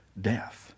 death